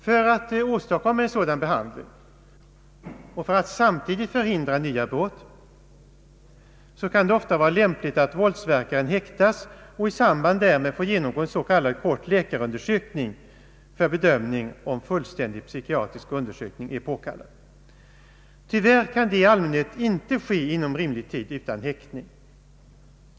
För att åstadkomma en sådan behandling och samtidigt förhindra nya brott kan det ofta vara lämpligt att våldsverkaren häktas och i samband därmed får genomgå s.k. kort läkarundersökning för bedömning av om fullständig psykiatrisk undersökning är påkallad. Tyvärr kan detta i allmänhet inte åstadkommas inom rimlig tid utan häktning.